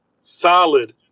solid